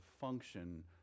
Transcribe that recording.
function